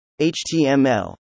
HTML